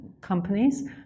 Companies